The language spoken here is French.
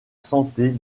santé